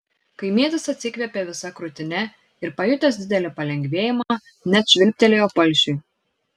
kaimietis atsikvėpė visa krūtine ir pajutęs didelį palengvėjimą net švilptelėjo palšiui